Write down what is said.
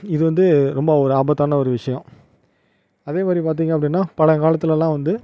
இது வந்து ரொம்ப ஒரு ஆபத்தான ஒரு விஷயோம் அதேமாதிரி பார்த்திங்க அப்படின்னா பழங்காலத்துலலாம் வந்து